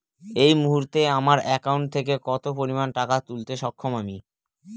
এই মুহূর্তে আমার একাউন্ট থেকে কত পরিমান টাকা তুলতে সক্ষম আমি?